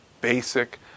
basic